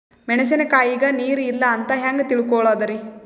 ಮೆಣಸಿನಕಾಯಗ ನೀರ್ ಇಲ್ಲ ಅಂತ ಹೆಂಗ್ ತಿಳಕೋಳದರಿ?